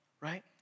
right